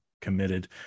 committed